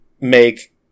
make